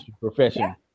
profession